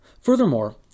Furthermore